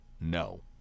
no